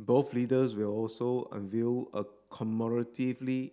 both leaders will also unveil a commemorative